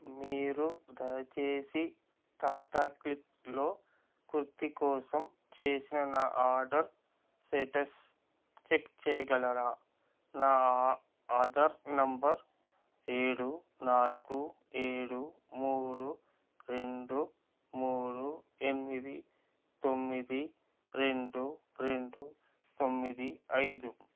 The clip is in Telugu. మీరు దయచేసి టాటా క్లిక్లో కుర్తి కోసం చేసిన నా ఆర్డర్ స్టేటస్ చెక్ చేయగలరా నా ఆ ఆధార్ నంబర్ ఏడు నాలుగు ఏడు మూడు రెండు మూడు ఎనిమిది తొమ్మిది రెండు రెండు తొమ్మిది ఐదు